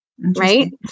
Right